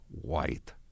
White